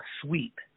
sweep